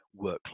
workload